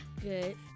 Good